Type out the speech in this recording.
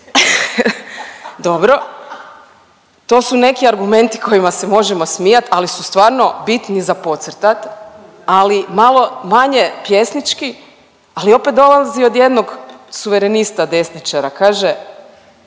Dobro, to su neki argumenti kojima se možemo smijat, ali su stvarno bitni za podcrtat, ali malo manje pjesnički, ali opet dolazi od jednog suverenista desničara, kaže